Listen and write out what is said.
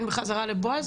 התנועה?